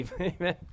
Amen